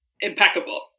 impeccable